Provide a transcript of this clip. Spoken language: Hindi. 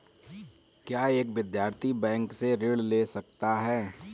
क्या एक विद्यार्थी बैंक से ऋण ले सकता है?